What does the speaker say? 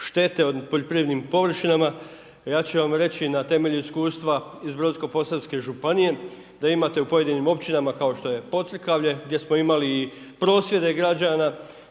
štete na poljoprivrednim površinama, ja ću vam reći na temelju iskustva iz Brodsko-posavske županije, da imate u pojedinim općinama kao što je .../Govornik se ne razumije./... gdje smo imali i prosvjede građana,